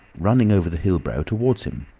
running over the hill-brow towards him.